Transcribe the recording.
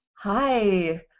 Hi